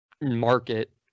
market